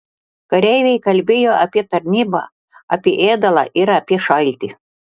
kareiviai kalbėjo apie tarnybą apie ėdalą ir apie šaltį